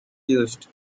used